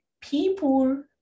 people